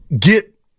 get